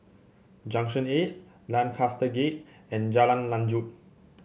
Junction Eight Lancaster Gate and Jalan Lanjut